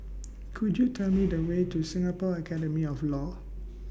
Could YOU Tell Me The Way to Singapore Academy of law